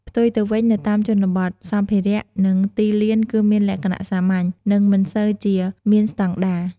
ផ្ទុយទៅវិញនៅតាមជនបទ សម្ភារៈ និងទីលានគឺមានលក្ខណៈ សាមញ្ញ និងមិនសូវជាមានស្តង់ដារ។